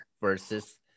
Versus